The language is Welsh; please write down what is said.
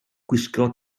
gwisgo